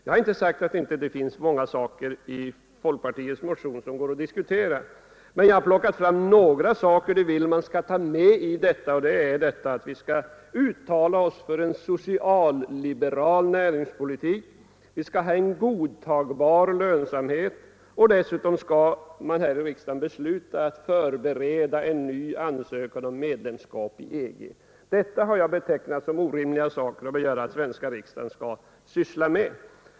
Jag har inte sagt att det inte finns många saker i folkpartiets motion som går att diskutera, men jag har plockat fram några saker som man vill skall tas med, och det är detta att vi skall uttala oss för en socialliberal näringspolitik, vi skall ha en godtagbar lönsamhet, och dessutom skall vi här i riksdagen besluta om att förbereda en ny ansökan om medlemskap i EG. Detta har jag betecknat som orimliga saker för den svenska riksdagen att syssla med.